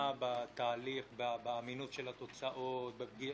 מאוד מאוד מציע שכל אחד יתכנס עם עצמו לאיזשהו סוג של חשבון נפש,